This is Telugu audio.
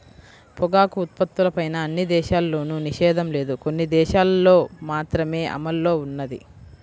పొగాకు ఉత్పత్తులపైన అన్ని దేశాల్లోనూ నిషేధం లేదు, కొన్ని దేశాలల్లో మాత్రమే అమల్లో ఉన్నది